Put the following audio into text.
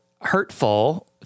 hurtful